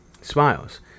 smiles